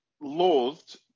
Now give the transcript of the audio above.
loathed